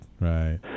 right